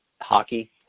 hockey